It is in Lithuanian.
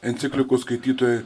enciklikos skaitytojai